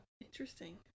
Interesting